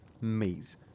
meat